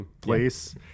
place